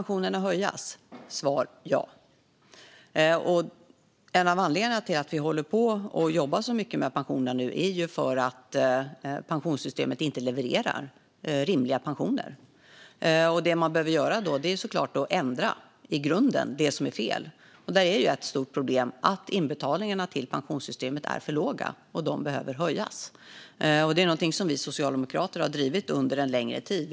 Fru talman! Behöver pensionerna höjas? Svar ja. En av anledningarna till att vi håller på och jobbar så mycket med pensionerna nu är ju att pensionssystemet inte levererar rimliga pensioner. Det man behöver göra då är såklart att i grunden ändra det som är fel. Ett stort problem är att inbetalningarna till pensionssystemet är för låga och behöver höjas. Det är någonting som vi socialdemokrater har drivit under en längre tid.